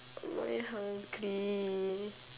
I'm very hungry